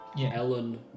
Ellen